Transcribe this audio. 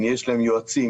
יש להם יועצים,